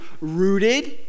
rooted